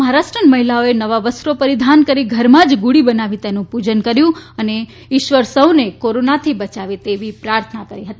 મહારાષ્ટ્રીયન મહિલાઓએ નવા વસ્ત્રો પરીધાન કરી ઘરમાંજ ગુડી બનાવી તેનુ પુજન કર્યુ હતું અને ઇશ્વર સૌ કોઇને કોરોનાથી બયાવે તેવી પ્રાર્થના કરી હતી